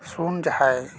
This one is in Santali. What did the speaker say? ᱥᱩᱱ ᱡᱟᱦᱟᱸᱭ